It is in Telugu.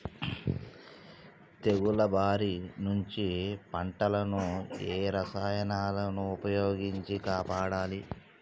తెగుళ్ల బారి నుంచి పంటలను ఏ రసాయనాలను ఉపయోగించి కాపాడాలి?